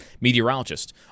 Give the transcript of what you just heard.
meteorologist